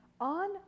on